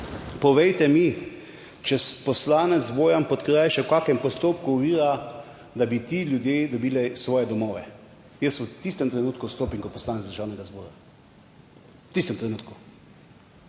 povejte mi, če poslanec Bojan Podkrajšek v kakšnem postopku ovira, da bi ti ljudje dobili svoje domove. Jaz v tistem trenutku odstopim kot poslanec Državnega zbora. V tistem trenutku.